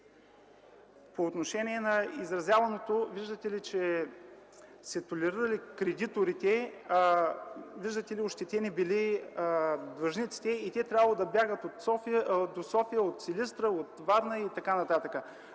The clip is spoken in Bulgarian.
По отношение на изразяваното, виждате ли, че се толерирали кредиторите, а, виждате, ощетени били длъжниците и те трябвало да бягат до София от Силистра, от Варна и т. н.